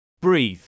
Breathe